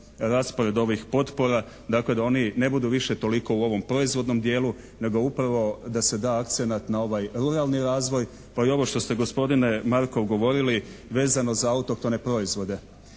raspored ovih potpora. Dakle da oni ne budu više toliko u ovom proizvodnom djelu nego upravo da se da akcenat na ovaj ruralni razvoj pa i ovo što ste gospodine Markov govorili vezano za autohtone proizvode.